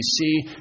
see